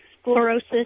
Sclerosis